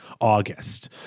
August